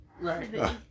Right